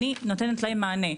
אני נותנת להם מענה,